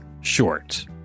short